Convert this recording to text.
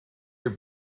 your